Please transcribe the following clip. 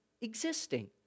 existing